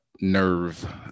nerve